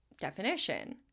definition